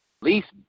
least